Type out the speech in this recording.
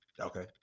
Okay